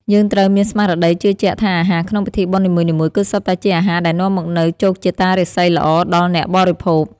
យើងត្រូវមានស្មារតីជឿជាក់ថាអាហារក្នុងពិធីបុណ្យនីមួយៗ គឺសុទ្ធតែជាអាហារដែលនាំមកនូវជោគជតារាសីល្អដល់អ្នកបរិភោគ។